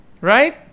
right